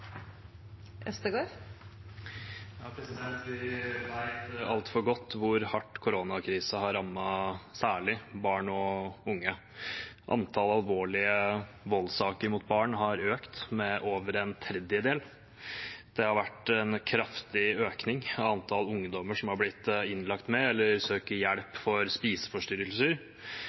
Vi vet altfor godt hvor hardt koronakrisen har rammet særlig barn og unge. Antall alvorlige voldssaker mot barn har økt med over en tredjedel. Det har vært en kraftig økning i antall ungdommer som har blitt innlagt med eller søker hjelp for spiseforstyrrelser.